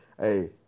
Hey